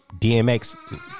Dmx